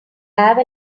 have